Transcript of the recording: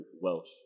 Welsh